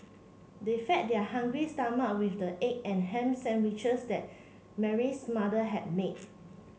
they fed their hungry stomach with the egg and ham sandwiches that Mary's mother had made